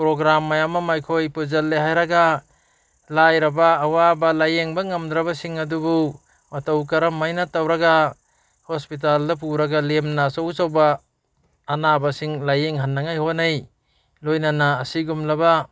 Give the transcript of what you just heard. programme ꯃꯌꯥꯝ ꯑꯃ ꯑꯩꯈꯣꯏ ꯄꯨꯁꯤꯜꯂꯦ ꯍꯥꯏꯔꯒ ꯂꯥꯏꯔꯕ ꯑꯋꯥꯕ ꯂꯥꯏꯌꯦꯡꯕ ꯉꯝꯗ꯭ꯔꯕꯁꯤꯡ ꯑꯗꯨꯕꯨ ꯃꯇꯧ ꯀꯔꯝ ꯍꯥꯏꯅ ꯇꯧꯔꯒ ꯍꯣꯁꯄꯤꯇꯥꯜꯗ ꯄꯨꯔꯒ ꯂꯦꯝꯅ ꯑꯆꯧ ꯑꯆꯧꯕ ꯑꯅꯥꯕꯁꯤꯡ ꯂꯥꯏꯌꯦꯡꯍꯟꯅꯉꯥꯏ ꯍꯣꯠꯅꯩ ꯂꯣꯏꯅꯅ ꯑꯁꯤꯒꯨꯝꯂꯕ